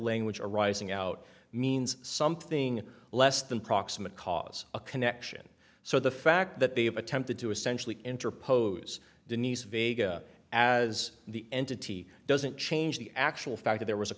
language arising out means something less than proximate cause a connection so the fact that they have attempted to essentially interpose denise vega as the entity doesn't change the actual fact there was a